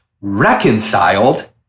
reconciled